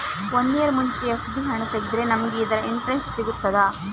One year ಮುಂಚೆ FD ಹಣ ತೆಗೆದ್ರೆ ನಮಗೆ ಅದರ ಇಂಟ್ರೆಸ್ಟ್ ಸಿಗ್ತದ?